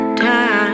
time